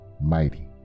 mighty